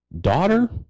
daughter